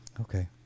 Okay